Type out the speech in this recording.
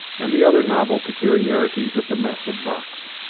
and the other novel peculiarities of the massive box.